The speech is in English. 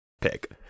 pick